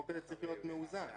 החוק הזה צריך להיות מאוזן.